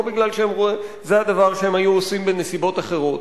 לא כי זה הדבר שהם היו עושים בנסיבות אחרות.